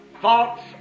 thoughts